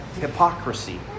hypocrisy